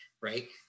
right